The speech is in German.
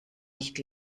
nicht